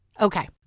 Okay